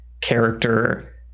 character